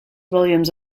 williams